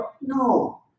No